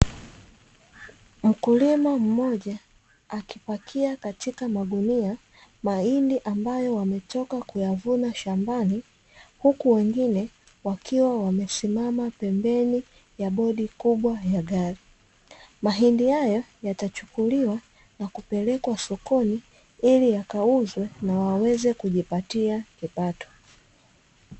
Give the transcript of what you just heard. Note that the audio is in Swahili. Mkulima mmoja akipakia katika magunia mahindi ambayo ametoka kuyavuna shambani, huku wengine wakiwa wamesimama pembeni ya bodi kubwa ya gari. Mahindi hayo yatachukuliwa na kupelekwa sokoni ili yakauzwe na waweze kujipatia kipato.